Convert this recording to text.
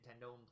Nintendo